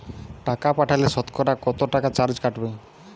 টাকা পাঠালে সতকরা কত টাকা চার্জ কাটবে?